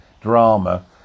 drama